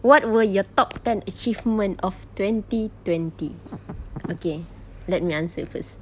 what were your top ten achievement of twenty twenty okay let me answer it first